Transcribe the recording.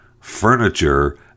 furniture